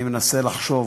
אני מנסה לחשוב